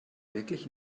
wirklich